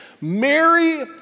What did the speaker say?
Mary